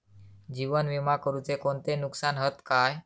जीवन विमा करुचे कोणते नुकसान हत काय?